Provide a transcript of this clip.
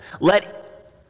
let